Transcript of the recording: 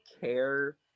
care